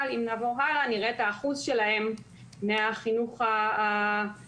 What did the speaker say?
אם נעבור הלאה נראה את האחוז שלהם מתוך החינוך החרדי,